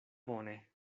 bone